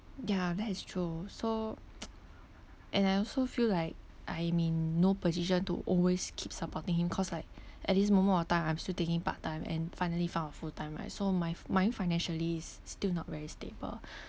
ya that's true so and I also feel like I'm in no position to always keep supporting him cause like at this moment of time I'm still taking part time and finally found a full time right so my mind financially is still not very stable